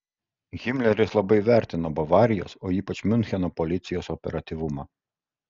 himleris labai vertino bavarijos o ypač miuncheno policijos operatyvumą